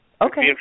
Okay